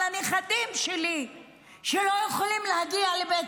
על הנכדים שלי שלא יכולים להגיע לבית